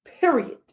Period